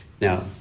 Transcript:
Now